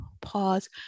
pause